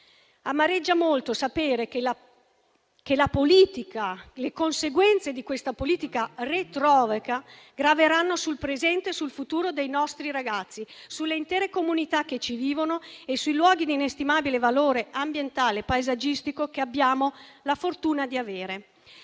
Amareggia molto sapere che le conseguenze di questa politica retrograda graveranno sul presente e sul futuro dei nostri ragazzi, sulle intere comunità che ci vivono e sui luoghi di inestimabile valore ambientale e paesaggistico che abbiamo la fortuna di avere.